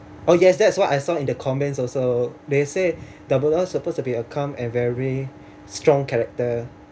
oh yes that's what I saw in the comments also they say dumbledore supposed to be a calm and very strong character